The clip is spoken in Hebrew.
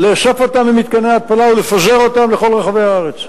לאסוף אותם ממתקני ההתפלה ולפזר אותם בכל רחבי הארץ.